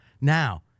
Now